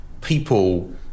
people